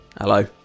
Hello